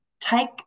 take